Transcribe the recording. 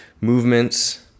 movements